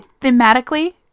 Thematically